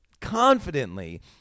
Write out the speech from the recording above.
confidently